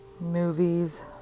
movies